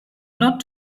not